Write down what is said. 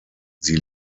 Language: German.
sie